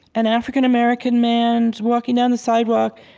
an african american man is walking down the sidewalk.